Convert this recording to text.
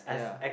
ya